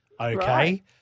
Okay